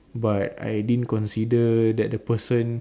but I didn't consider that the person